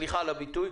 סליחה על הביטוי,